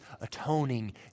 atoning